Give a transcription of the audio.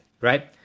right